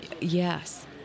Yes